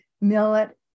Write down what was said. millet